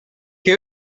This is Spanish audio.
que